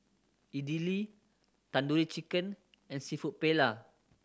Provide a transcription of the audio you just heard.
Idili Tandoori Chicken and Seafood Paella